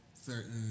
certain